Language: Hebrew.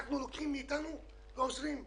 אנחנו לוקחים מאיתנו ועוזרים.